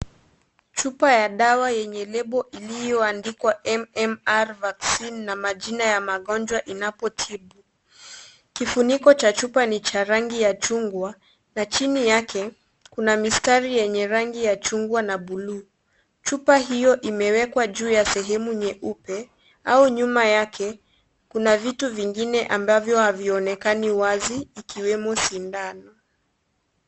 Chupa ya dawa yenye lebo iliyoandikwa MMR Vaccine na majina ya magonjwa inapo tibu. Kifuniko cha chupa ni cha rangi ya chungwa na chini yake kuna mistari yenye rangi ya chungwa na buluu. Chupa hiyo imewekwa juu ya sehemu nyeupe au nyuma yake kuna vitu vingine ambavyo havionekani wazi ikiwemo sindano.